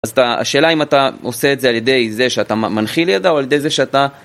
אז השאלה אם אתה עושה את זה על ידי זה שאתה מנחיל ידע או על ידי זה שאתה...